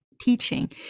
teaching